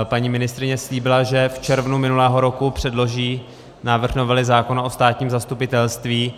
Paní ministryně slíbila, že v červnu minulého roku předloží návrh novely zákona o státním zastupitelství.